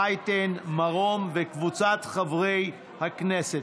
רייטן מרום וקבוצת חברי הכנסת.